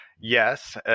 yes